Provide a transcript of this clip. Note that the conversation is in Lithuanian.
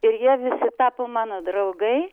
ir jie visi tapo mano draugai